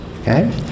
okay